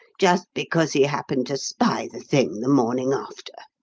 just because he happened to spy the thing the morning after.